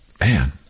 man